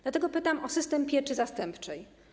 Dlatego pytam o system pieczy zastępczej.